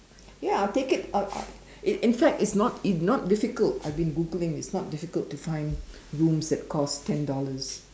ya I will take it I will I will in fact it is not difficult I have been Googling it is not difficult to find rooms that cost ten dollars